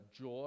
joy